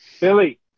Billy